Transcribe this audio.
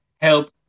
help